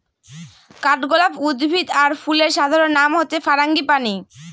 কাঠগলাপ উদ্ভিদ আর ফুলের সাধারণ নাম হচ্ছে ফারাঙ্গিপানি